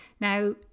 Now